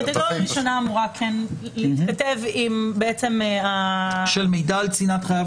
הקטגוריה הראשונה אמורה להתכתב --- "מידע על צנעת חייו